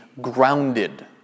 grounded